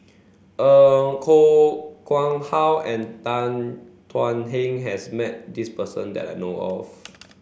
Koh Nguang How and Tan Thuan Heng has met this person that I know of